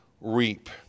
reap